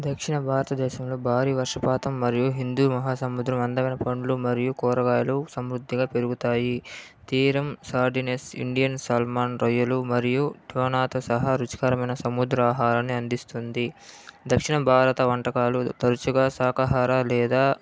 దక్షిణ భారతదేశంలో భారీ వర్షపాతం మరియు హిందూ మహాసముద్రం అందమైన పండ్లు మరియు కూరగాయలు సమృద్ధిగా పెరుగుతాయి తీరం సాటినెస్ ఇండియన్ సల్మాన్ రొయ్యలు మరియు ట్రోనాతో సహా రుచికరమైన సముద్ర ఆహారాన్ని అందిస్తుంది దక్షిణ భారత వంటకాలు తరచుగా శాకాహార లేదా